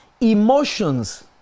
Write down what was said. Emotions